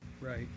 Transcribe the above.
right